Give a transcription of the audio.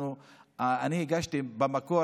הגשתי במקור,